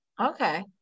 Okay